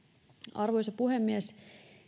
arvoisa puhemies